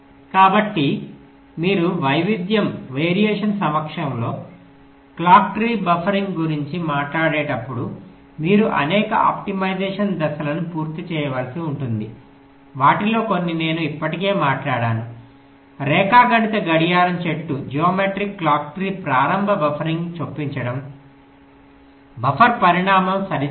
కాబట్టి మీరు వైవిధ్యం సమక్షంలో క్లాక్ ట్రీ బఫరింగ్ గురించి మాట్లాడేటప్పుడు మీరు అనేక ఆప్టిమైజేషన్ దశలను పూర్తి చేయవలసి ఉంటుంది వాటిలో కొన్ని నేను ఇప్పటికే మాట్లాడాను రేఖాగణిత గడియారం చెట్టు ప్రారంభ బఫరింగ్ చొప్పించడం బఫర్ పరిమాణం సరి చేయడం